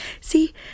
see